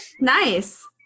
Nice